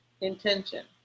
intention